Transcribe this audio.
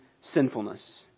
sinfulness